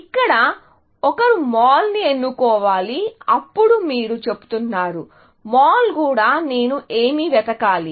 ఇక్కడ ఒకరు మాల్ని ఎన్నుకోవాలి అప్పుడు మీరు చెబుతున్నారు మాల్ కూడా నేను ఏమి వెతకాలి